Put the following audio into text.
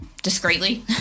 Discreetly